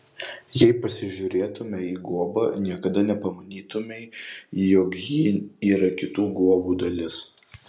jei pasižiūrėtumei į guobą niekada nepamanytumei jog ji yra kitų guobų dalis